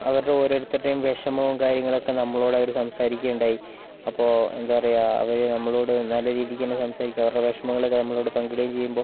അവരുടെ ഓരോരുത്തരുടെയും വിഷമവും കാര്യങ്ങളൊക്കെ നമ്മളോട് അവര് സംസാരിക്കുകയുണ്ടായി അപ്പോൾ എന്താ പറയുക അവര് നമ്മളോട് നല്ല രീതിക്ക് തന്നെ സംസാരിക്കും അവരുടെ വിഷമങ്ങളൊക്കെ നമ്മളോട് പങ്കിടുകയും ചെയ്യുമ്പോൾ